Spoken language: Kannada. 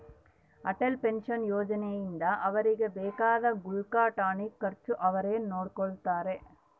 ಅಟಲ್ ಪೆನ್ಶನ್ ಯೋಜನೆ ಇಂದ ಅವ್ರಿಗೆ ಬೇಕಾದ ಗುಳ್ಗೆ ಟಾನಿಕ್ ಖರ್ಚು ಅವ್ರೆ ನೊಡ್ಕೊತಾರ